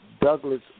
Douglas